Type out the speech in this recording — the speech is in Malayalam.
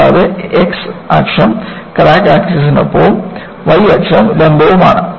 കൂടാതെ x അക്ഷം ക്രാക്ക് ആക്സിസിനൊപ്പവും y അക്ഷം ലംബമാണ്